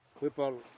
people